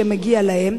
שמגיע להם.